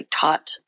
taught